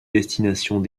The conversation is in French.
destinations